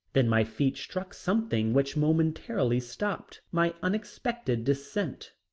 then my feet struck something which momentarily stopped my unexpected descent,